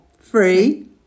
three